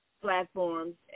platforms